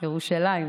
ירושלים,